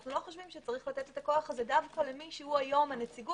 אנחנו לא חושבים שצריך לתת את הכוח הזה דווקא למי שהוא היום הנציבות.